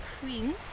queen